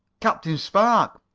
captain spark!